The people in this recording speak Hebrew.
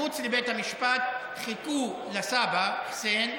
מחוץ לבית המשפט חיכו לסבא, חוסין,